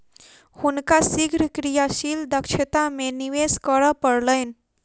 हुनका शीघ्र क्रियाशील दक्षता में निवेश करअ पड़लैन